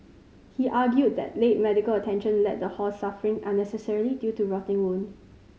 he argued that late medical attention led the horse suffering unnecessarily due to rotting wound